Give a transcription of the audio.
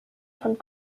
von